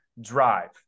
drive